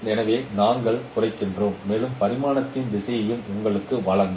எனவே நாங்கள் குறைக்கிறோம் மேலும் பரிமாணத்தின் திசையனையும் உங்களுக்கு வழங்கும்